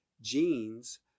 genes